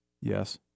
Yes